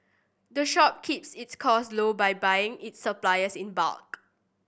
the shop keeps its costs low by buying its supplies in bulk